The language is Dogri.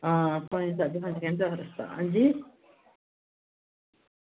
आं पंज साढ़े पंज घैंटे दा रस्ता अंजी